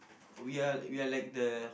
we're we're like the